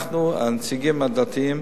אנחנו, הנציגים הדתיים,